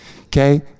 okay